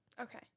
Okay